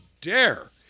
dare